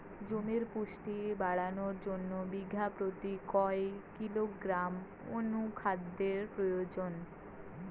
জমির পুষ্টি বাড়ানোর জন্য বিঘা প্রতি কয় কিলোগ্রাম অণু খাদ্যের প্রয়োজন?